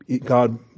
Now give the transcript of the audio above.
God